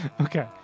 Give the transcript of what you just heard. okay